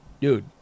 Dude